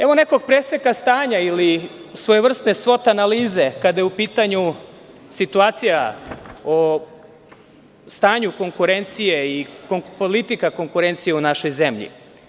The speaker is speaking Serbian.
Evo, nekog preseka stanja ili svojevrsne svote analize kada je u pitanju situacija o stanju konkurencije i politika konkurencije u našoj zemlji.